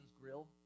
grill